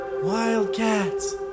Wildcats